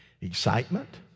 Excitement